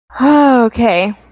Okay